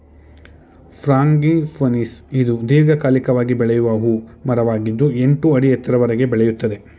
frangipanis ಇದು ದೀರ್ಘಕಾಲಿಕವಾಗಿ ಬೆಳೆಯುವ ಹೂ ಮರವಾಗಿದ್ದು ಎಂಟು ಅಡಿ ಎತ್ತರದವರೆಗೆ ಬೆಳೆಯುತ್ತದೆ